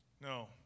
No